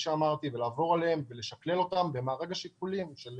לעבור עליהם ולשקלל אותם במארג השיקולים של